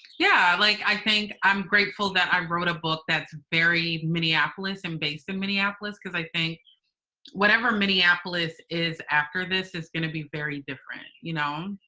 yeah. like, i think i'm grateful that i wrote a book that's very minneapolis, and based in minneapolis, because i think whatever minneapolis is after this, it's gonna be very different, you know.